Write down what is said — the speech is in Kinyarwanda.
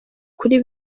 kuri